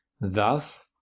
Thus